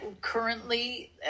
currently